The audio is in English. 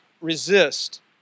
resist